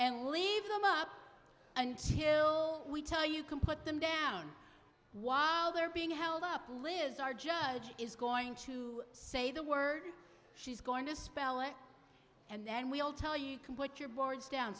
and leave them up until we tell you can put them down while they're being held up lives our judge is going to say the word she's going to spell it and then we'll tell you can put your boards down